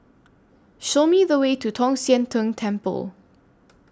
Show Me The Way to Tong Sian Tng Temple